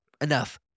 enough